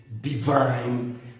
Divine